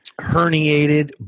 herniated